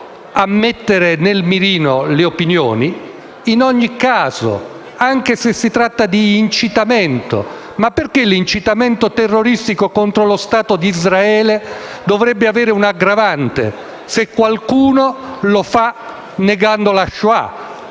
a mettere nel mirino le opinioni in ogni caso, anche se si tratta di incitamento. Ma perché l'incitamento terroristico contro lo Stato di Israele dovrebbe avere una aggravante se qualcuno lo fa negando la Shoah?